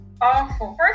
awful